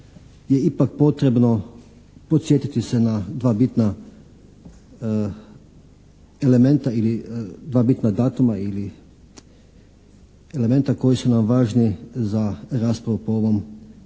je ipak potrebno podsjetiti se na dva bitna elementa ili dva bitna datuma ili elementa koji su nam važni za raspravu po ovom